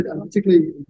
Particularly